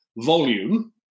volume